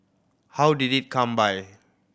how did it come by